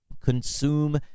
Consume